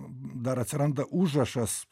dar atsiranda užrašas